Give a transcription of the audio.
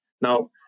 Now